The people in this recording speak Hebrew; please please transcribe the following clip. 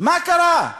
מה קרה?